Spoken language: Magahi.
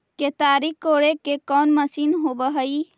केताड़ी कोड़े के कोन मशीन होब हइ?